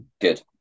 Good